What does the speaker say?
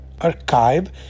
archive